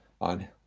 On